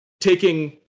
taking